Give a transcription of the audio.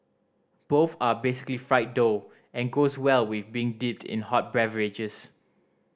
both are basically fried dough and goes well with being dipped in hot beverages